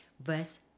verse